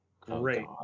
great